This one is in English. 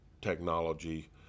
technology